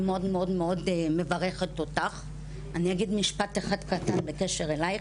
אני מברכת אותך ואני אגיד משפט אחד קטן בקשר אלייך.